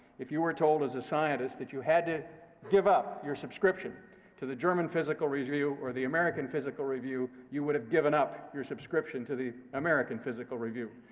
if you were told as a scientist that you had to give up your subscription to the german physical review or the american physical review, you would have given up your subscription to the american physical review,